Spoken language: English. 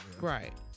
Right